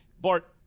Bart